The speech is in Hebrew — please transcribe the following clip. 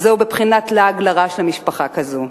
זהו בבחינת לעג לרש למשפחה כזו.